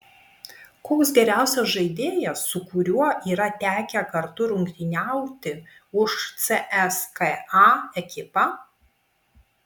koks geriausias žaidėjas su kuriuo yra tekę kartu rungtyniauti už cska ekipą